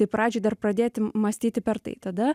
tai pradžioj dar pradėti mąstyti per tai tada